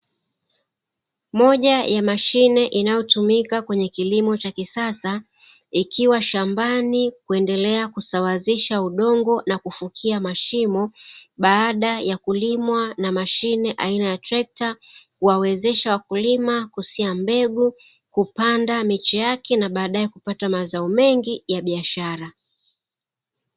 Moja ya mashine inayotumika kwenye kilimo cha kisasa, ikiwa shambani kuendelea kusawazisha udongo na kufukia mashimo baada ya kulimwa na mashine aina ya trekta, kuwaweza wakulima kusia mbegu ,kupanda miche yake, na baadae kupata mazao mengi ya biashara.